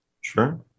Sure